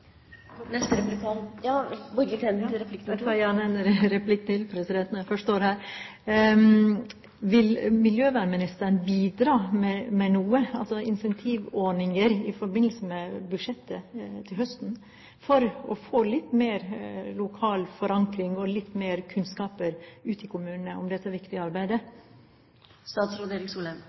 Jeg tar gjerne en replikk til mens jeg først står her. Vil miljøvernministeren bidra med noe – altså incentivordninger – i forbindelse med budsjettet til høsten for å få litt mer lokal forankring og litt mer kunnskaper ut i kommunene om dette viktige